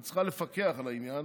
היא צריכה לפקח על העניין